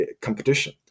competition